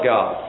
God